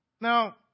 Now